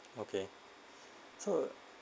okay so